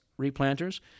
replanters